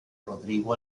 rodrigo